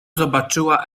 zobaczyła